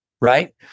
right